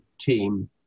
team